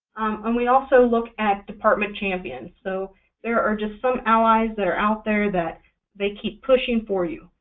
and we also look at department champions, so there are just some allies that are out there that they keep pushing for you.